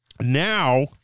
Now